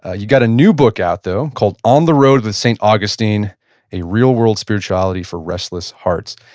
ah you've got a new book out though called on the road with saint augustine a real-world spirituality for restless hearts.